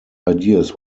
ideas